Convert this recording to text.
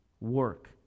work